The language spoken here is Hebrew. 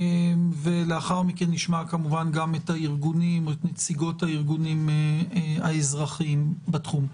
ולאחר מכן נשמע כמובן גם את נציגות הארגונים האזרחיים בתחום.